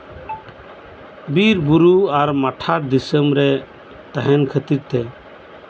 ᱵᱤᱨᱵᱩᱨᱩ ᱟᱨ ᱢᱟᱴᱷᱟᱲ ᱫᱤᱥᱚᱢᱨᱮ ᱛᱟᱦᱮᱱ ᱠᱷᱟᱹᱛᱤᱨᱛᱮ